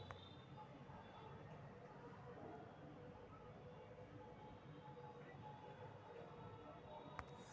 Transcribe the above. लेखा जोखा में आर्थिक खतरा के इतजाम के विशेष महत्व हइ